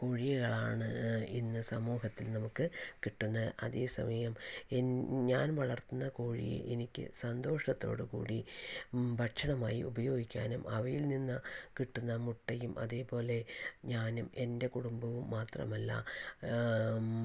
കോഴികളാണ് ഇന്ന് സമൂഹത്തിൽ നമുക്ക് കിട്ടുന്നത് അതേസമയം എൻ ഞാൻ വളർത്തുന്ന കോഴി എനിക്ക് സന്തോഷത്തോടു കൂടി ഭക്ഷണമായി ഉപയോഗിക്കാനും അവയിൽ നിന്ന് കിട്ടുന്ന മുട്ടയും അതേപോലെ ഞാനും എൻ്റെ കുടുംബവും മാത്രമല്ല